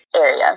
area